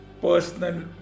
personal